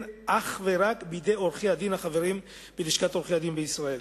אך ורק בידי עורכי-דין החברים בלשכת עורכי-הדין בישראל.